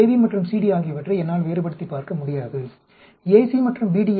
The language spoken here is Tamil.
AB மற்றும் CD ஆகியவற்றை என்னால் வேறுபடுத்திப் பார்க்க முடியாது AC மற்றும் BD